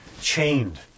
chained